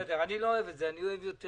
בסדר, אבל אני לא אוהב את זה, אני אוהב יותר